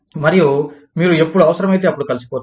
మరియు మీరు ఎప్పుడు అవసరమైతే అప్పుడు కలిసిపోతారు